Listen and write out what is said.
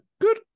good